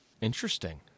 Interesting